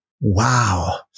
Wow